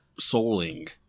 souling